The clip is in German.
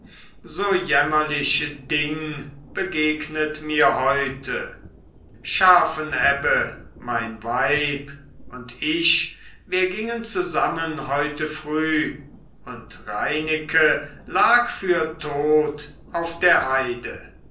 so jämmerlich ding begegnet mir heute scharfenebbe mein weib und ich wir gingen zusammen heute früh und reineke lag für tot auf der heide